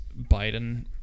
Biden